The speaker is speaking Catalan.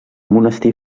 monestir